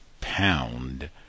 pound